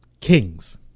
kings